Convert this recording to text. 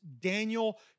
Daniel